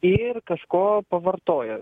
ir kažko pavartoja